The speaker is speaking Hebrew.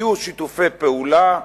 יהיו שיתופי פעולה ויהיה,